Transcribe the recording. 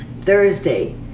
Thursday